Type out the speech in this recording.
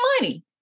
money